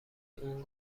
اون